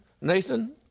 Nathan